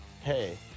hey